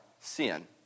sin